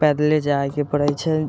पैदले जाइके पड़ै छै